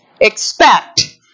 expect